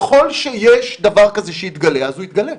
ככל שיש דבר כזה שיתגלה, אז הוא יתגלה.